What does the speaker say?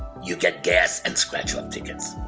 you get gas and scratch off tickets.